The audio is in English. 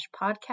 podcast